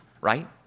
right